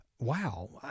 Wow